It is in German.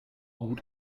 gut